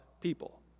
people